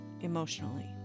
emotionally